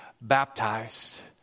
baptized